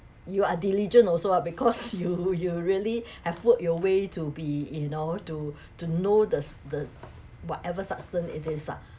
you are diligent also lah because you you really have worked your way to be you know to to know the s~ the whatever substance it is lah